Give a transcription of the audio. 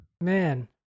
Man